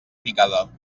picada